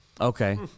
Okay